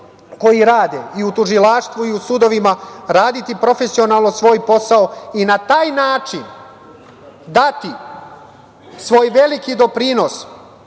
koji rade i u tužilaštvu i u sudovima raditi profesionalno svoj posao i na taj način dati svoj veliki doprinos